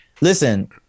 Listen